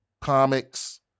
comics